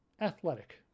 athletic